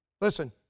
Listen